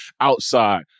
outside